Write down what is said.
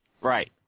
Right